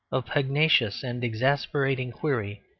of pugnacious and exasperating query,